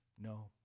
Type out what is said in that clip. no